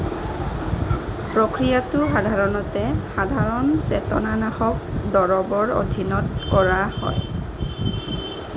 প্ৰক্ৰিয়াটো সাধাৰণতে সাধাৰণ চেতনানাশক দৰৱৰ অধীনত কৰা হয়